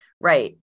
Right